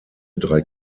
drei